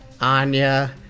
Anya